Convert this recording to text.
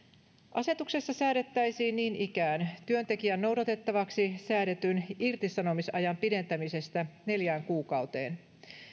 asetuksessa säädettäisiin niin ikään työntekijän noudatettavaksi säädetyn irtisanomisajan pidentämisestä neljään kuukauteen